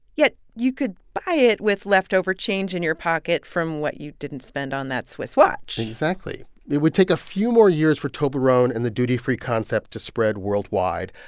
yet you could buy it with leftover change in your pocket from what you didn't spend on that swiss watch exactly. it would take a few more years for toblerone and the duty-free concept to spread worldwide.